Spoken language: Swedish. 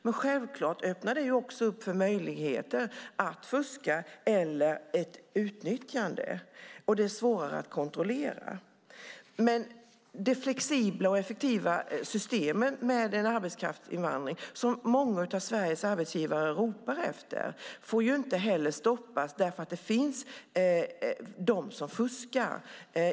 Men självklart öppnar det också för möjligheter till fusk och utnyttjande, och det är svårare att kontrollera. De flexibla och effektiva system för arbetskraftsinvandring som många av Sveriges arbetsgivare ropar efter får inte heller stoppas därför att det finns de som fuskar.